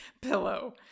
pillow